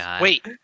Wait